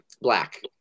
black